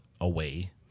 away